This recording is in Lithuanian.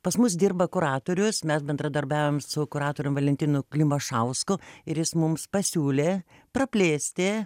pas mus dirba kuratorius mes bendradarbiaujam su kuratorium valentinu klimašausku ir jis mums pasiūlė praplėsti